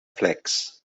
flags